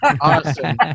Awesome